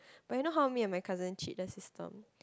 but you know how me and my cousin cheat the system